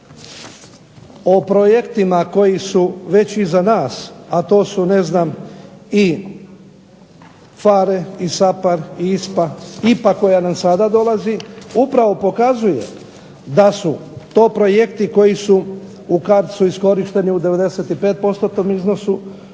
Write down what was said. o projektima koji su već izia nas, a to su i PHARE i SAPARD i ISPA, IPA koja nam sada dolazi, upravo pokazuje da su to projekti koji su u CARDS-u iskorišteni u 95%-tnom iznosu,